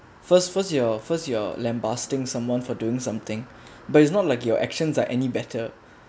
first first your first you're lambasting someone for doing something but it's not like your actions are any better